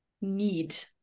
need